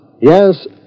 Yes